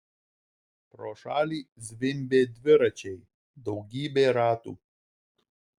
pro šalį zvimbė dviračiai daugybė ratų